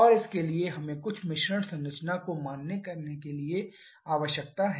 और इसके लिए हमें कुछ मिश्रण संरचना को मानने करने की आवश्यकता है